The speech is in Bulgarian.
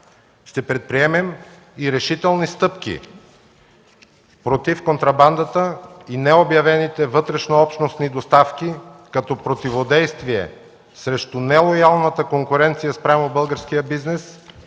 Ще предприемем и решителни стъпки против контрабандата и необявените вътрешнообщностни доставки като противодействие срещу нелоялната конкуренция спрямо българския бизнес